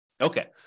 Okay